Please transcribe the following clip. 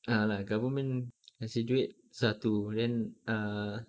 ah lah government kasi duit satu then err